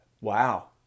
wow